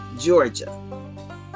Georgia